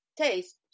taste